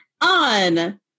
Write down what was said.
on